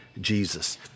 jesus